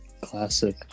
classic